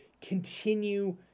continue